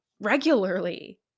regularly